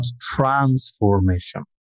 transformation